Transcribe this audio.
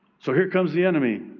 so here comes the enemy.